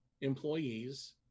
employees